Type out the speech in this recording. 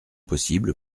possible